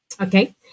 Okay